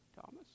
Thomas